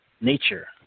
nature